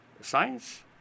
science